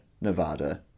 Nevada